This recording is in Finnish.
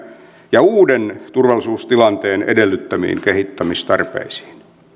ja uuden turvallisuustilanteen edellyttämiin kehittämistarpeisiin